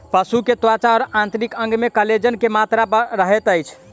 पशु के त्वचा और आंतरिक अंग में कोलेजन के मात्रा रहैत अछि